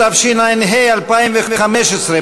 התשע"ה 2015,